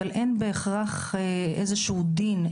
אבל אין בהכרח איזה שהוא דין,